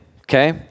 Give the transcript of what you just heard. okay